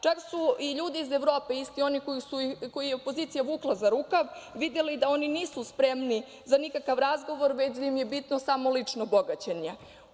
Čak su i ljudi iz Evrope, isti oni koje je opozicija vukla za rukav, videli da oni nisu spremni za nikakav razgovor, već da im je bitno samo lično bogaćenje.